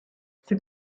ces